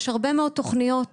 יש הרבה מאוד תכניות והמדינה,